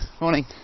Morning